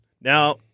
Now